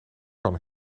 kan